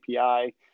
API